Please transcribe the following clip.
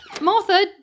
martha